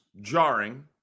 jarring